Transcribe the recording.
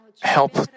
help